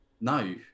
No